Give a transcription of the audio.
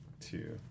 two